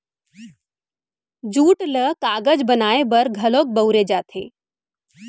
jute ल कागज बनाए बर घलौक बउरे जाथे